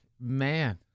Man